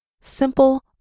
Simple